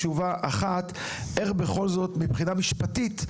מבחינה משפטית,